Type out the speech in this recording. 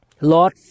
Lord